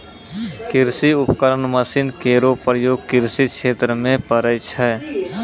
कृषि उपकरण मसीन केरो प्रयोग कृषि क्षेत्र म पड़ै छै